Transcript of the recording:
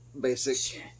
Basic